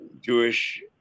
Jewish